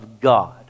God